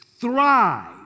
thrive